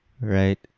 Right